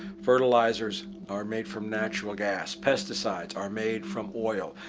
fertilizers are made from natural gas. pesticides are made from oil.